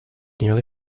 nearly